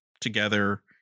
together